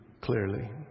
clearly